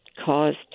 caused